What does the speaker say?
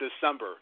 December